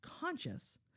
conscious